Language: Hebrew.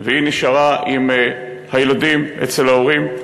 והיא נשארת עם הילדים אצל ההורים.